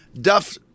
Duff